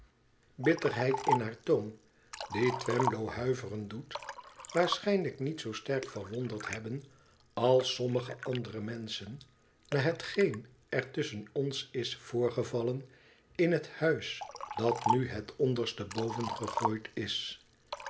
bitterheid in haar toon die twemlow huiveren doet i waarschijnlijk niet zoo sterk verwonderd hebben als sommige andere menschen na hetgeen er tusschen ons is voorgevallen in het huis dat nu het onderste boven gegooid is